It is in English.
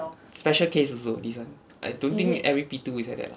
special case also this one I don't think every primary two is like that lah